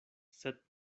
sed